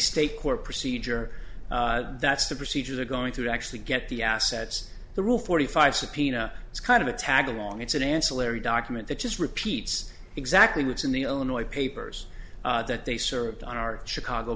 state court procedure that's the procedure they're going to actually get the assets the rule forty five subpoena is kind of a tag along it's an ancillary document that just repeats exactly what's in the illinois papers that they served on our chicago